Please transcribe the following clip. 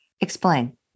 Explain